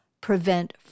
prevent